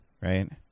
right